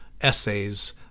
essays